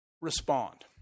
respond